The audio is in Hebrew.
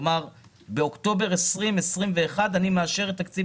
כלומר באוקטובר 2021 אני מאשר את תקציב